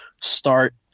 start